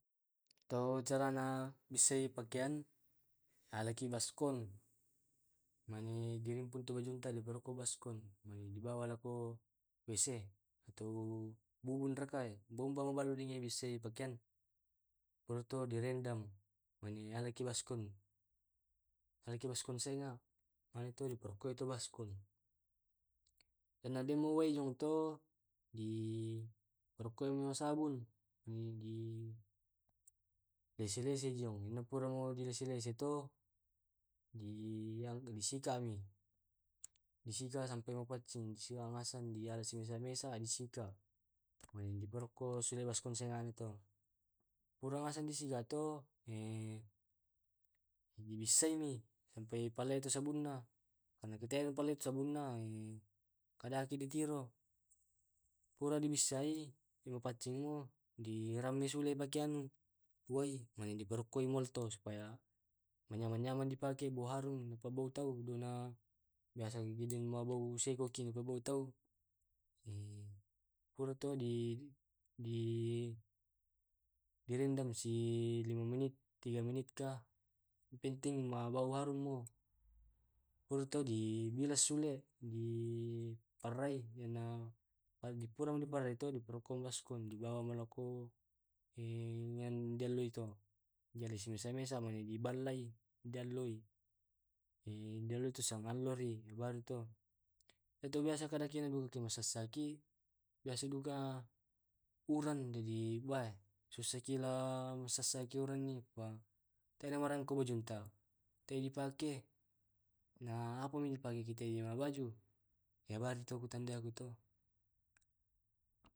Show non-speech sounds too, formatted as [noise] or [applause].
[noise] To carana bisse i pakaian alaki baskon mane dirimpun tu [hesitation] di parokko ki baskon mane dibawa lako wc atau bubun raka buaban [unintelligible] dibissei pakean porotto di rendam mane ala ki baskon ala ki baskon senga mane to di parokkoi to baskon karna den mi wai to di parokkoi ma sabun na di lesse lessei jong, napura di lese lese to di [hesitation] sikat mi di sikat sampai mapaccing sula mesang bia simesa mesa disika mae diparokko baskon senga ta no [noise] [unintelligible] pura ngaseng disikat to [hesitation] bisseimi sampai palao tu sabunna mane ku teai tu palao sabunna eh ka ada tu di giri. Pura di bissai mappacing mo di rame sule pakaian mu wai na di parokkoi molto supaya manyaman nyaman di pake supaya bo harum pa bau tau na basa na malao seboki na bu tau. [hesitation] Pura to di di [hesitation] di rendam si lima menit, tiga menit ka yang penting ma bau harum mo. Puratu di bilas sule di parai, yana Anji pura di parai to di parokkoi baskon di bawai mao ko di allo o beda si mesa mesa di ballai dialloi eh bello tosingallo ri balu to. Itu biasa kede masessaki biasa duka uran sadi ba susaki masessaki urinna [unintelligible] ka tena marangko bajunta. Ka teai di pake na apa dipake kita. [hesitation] baju waritu ku tandai kitu to.